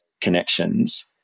connections